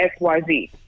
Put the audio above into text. XYZ